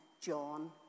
John